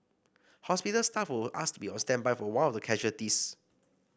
hospital staff were asked to be on standby for one of the casualties